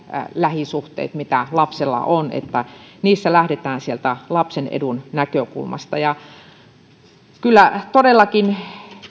lähisuhteissa mitä lapsella on lähdetään sieltä lapsen edun näkökulmasta kyllä todellakin